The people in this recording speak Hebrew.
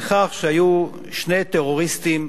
בכך שהיו שני טרוריסטים,